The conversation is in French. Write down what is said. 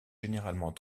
généralement